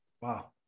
Wow